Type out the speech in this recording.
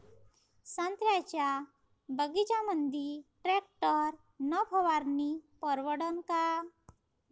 संत्र्याच्या बगीच्यामंदी टॅक्टर न फवारनी परवडन का?